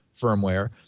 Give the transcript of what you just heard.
firmware